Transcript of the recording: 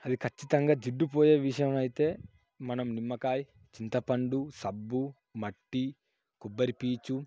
అది ఖచ్చితంగా జిడ్డు పోయే విషయం అయితే మనం నిమ్మకాయ చింతపండు సబ్బు మట్టి కొబ్బరి పీచు